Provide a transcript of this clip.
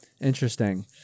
Interesting